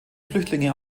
flüchtlinge